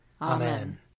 Amen